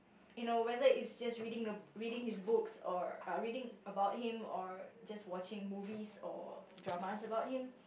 you know whether is just reading the reading his books or reading about him or just watching movies or dramas about him